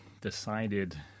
decided